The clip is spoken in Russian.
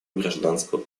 гражданского